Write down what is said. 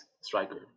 striker